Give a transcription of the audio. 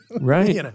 Right